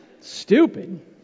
Stupid